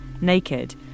naked